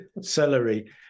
celery